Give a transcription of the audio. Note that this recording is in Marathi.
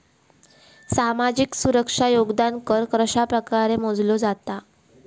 सामाजिक सुरक्षा योगदान कर कशाप्रकारे मोजलो जाता